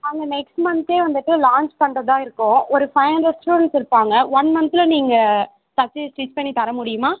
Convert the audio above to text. நாங்கள் next month வந்துட்டு launch பண்றதாக இருக்கோம் ஒரு ஃபைவ் ஹண்ட்ரெட் ஸ்டூடெண்ட்ஸ் இருப்பாங்க ஒன் மந்த்தில் நீங்கள் சட்டையை ஸ்டிச் பண்ணி தர முடியுமா